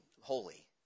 holy